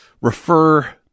refer